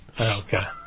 okay